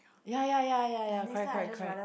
ya ya ya ya ya correct correct correct